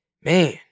man